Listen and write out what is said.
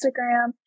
Instagram